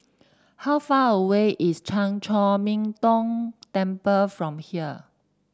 how far away is Chan Chor Min Tong Temple from here